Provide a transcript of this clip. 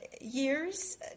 years